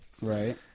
Right